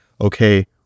Okay